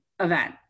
event